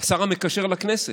של השר המקשר בין הממשלה לכנסת,